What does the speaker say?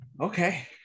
Okay